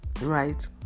right